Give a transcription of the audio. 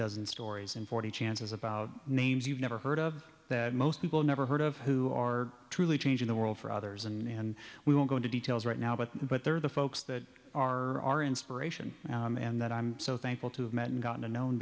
dozen stories in forty chances about names you've never heard of that most people never heard of who are truly changing the world for others and we will go into details right now but but there are the folks that are inspiration and that i'm so thankful to have met and gotten a known